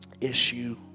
issue